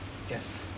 yes